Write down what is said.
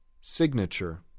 signature